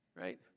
right